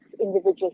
individuals